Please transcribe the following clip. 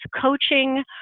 coaching